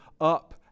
up